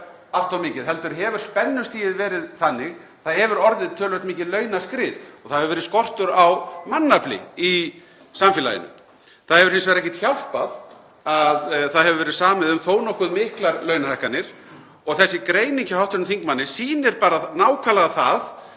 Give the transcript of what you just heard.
allt of mikið heldur hefur spennustigið verið þannig að það hefur orðið töluvert mikið launaskrið og það hefur verið skortur á mannafli í samfélaginu. Það hefur hins vegar ekkert hjálpað að samið hefur verið um þó nokkuð miklar launahækkanir. Þessi greining hjá hv. þingmanni sýnir bara nákvæmlega að